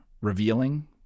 revealing